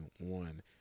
one